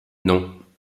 non